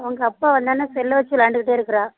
அவங்க அப்பா வந்தவோடனே செல்லை வச்சு வெளாயாண்டுக்கிட்டேருக்குறா